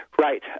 Right